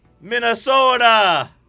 Minnesota